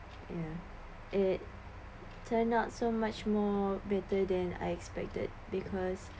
ya it turned out so much more better than I expected because